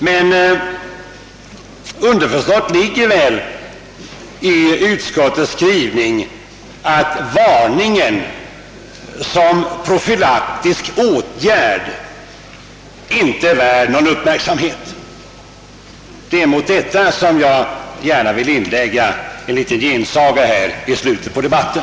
Men underförstått ligger väl i utskottets skrivning att varningen som profylaktisk åtgärd inte är värd någon uppmärksamhet. Det är mot detta som jag gärna vill inlägga en liten gensaga så här i slutet av debatten.